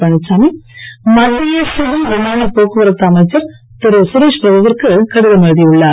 பழனிச்சாமி மத்திய சிவில் விமான போக்குவரத்து அமைச்சர் திரு சுரேஷ் பிரவு விற்கு கடிதம் எழுதி உள்ளார்